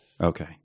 okay